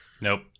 Nope